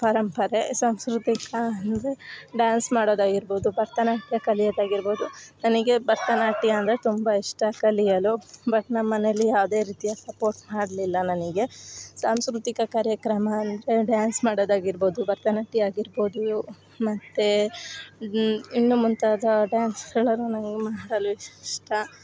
ಪರಂಪರೆ ಸಾಂಸ್ಕೃತಿಕ ಅಂದರೆ ಡ್ಯಾನ್ಸ್ ಮಾಡೋದಾಗಿರ್ಬೋದು ಭರತನಾಟ್ಯ ಕಲಿಯೊದಾಗಿರ್ಬೋದು ನನಗೆ ಭರತನಾಟ್ಯ ಅಂದರೆ ತುಂಬ ಇಷ್ಟ ಕಲಿಯಲು ಬಟ್ ನಮ್ಮ ಮನೇಲಿ ಯಾವುದೇ ರೀತಿಯ ಸಪೋರ್ಟ್ ಮಾಡಲಿಲ್ಲ ನನಗೆ ಸಾಂಸ್ಕೃತಿಕ ಕಾರ್ಯಕ್ರಮ ಅಂದರೆ ಡ್ಯಾನ್ಸ್ ಮಾಡೋದಾಗಿರ್ಬೋದು ಭರತನಾಟ್ಯ ಆಗಿರ್ಬೋದು ಮತ್ತು ಇನ್ನು ಮುಂತಾದ ಡ್ಯಾನ್ಸಗಳನ್ನು ನಂಗೆ ಮಾಡಲು ಇಷ್ಟ